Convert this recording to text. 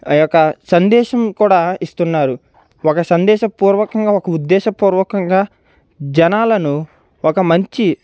ఒక సందేశం కూడా ఇస్తున్నారు ఒక సందేశ పూర్వకంగా ఒక ఉద్దేశ పూర్వకంగా జనాలను ఒక మంచి